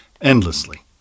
endlessly